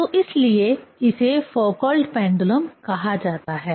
तो इसीलिए इसे फौकॉल्ट पेंडुलम कहा जाता है